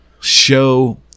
Show